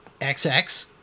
XX